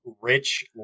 rich